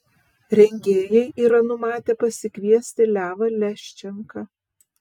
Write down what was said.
rengėjai yra numatę pasikviesti levą leščenką